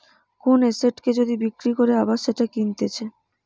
কোন এসেটকে যদি বিক্রি করে আবার সেটা কিনতেছে